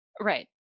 Right